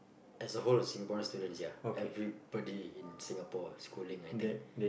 as a whole Singaporeans students ya everybody in Singapore schooling I think